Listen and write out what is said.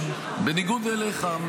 בניגוד אליך,